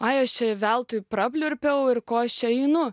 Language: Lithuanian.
ai aš čia veltui prapliurpiau ir ko aš čia einu